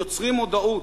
יוצרים מודעות.